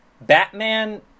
Batman